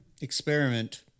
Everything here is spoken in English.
experiment